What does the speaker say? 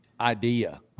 idea